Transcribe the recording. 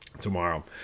tomorrow